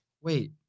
wait